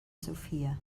sofia